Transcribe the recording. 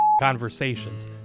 conversations